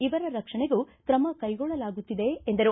ಇವರ ರಕ್ಷಣೆಗೂ ಕ್ರಮ ಕೈಗೊಳ್ಳಲಾಗುತ್ತಿದೆ ಎಂದರು